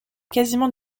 quasiment